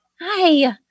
hi